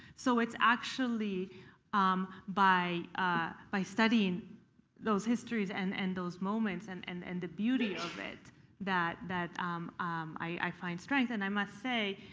so it's actually by ah by studying those histories and and those moments and and and the beauty of it that that i find strength. and i must say,